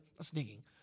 sneaking